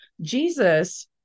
Jesus